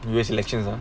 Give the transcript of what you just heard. previous elections ah